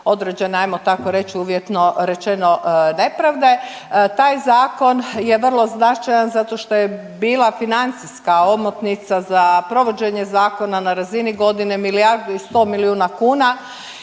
određene hajmo tako reći uvjetno rečeno nepravde. Taj zakon je vrlo značajan zato što je bila financijska omotnica za provođenje zakona na razini godine milijardu i sto milijuna kuna